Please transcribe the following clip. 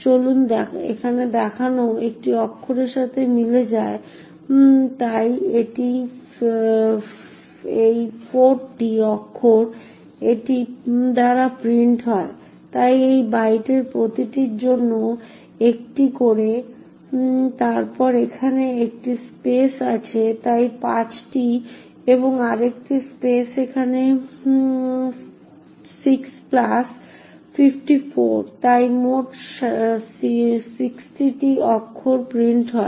তো চলুন এখানে দেখা একটি অক্ষরের সাথে মিলে যায় বা তাই এটি 4টি অক্ষর যা এটি দ্বারা প্রিন্ট হয় তাই এই বাইটের প্রতিটির জন্য একটি করে তারপর এখানে একটি স্পেস আছে তাই পাঁচটি এবং আরেকটি স্পেস এখানে ছয় প্লাস 54 তাই মোট ষাটটি অক্ষর প্রিন্ট হয়